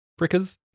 Brickers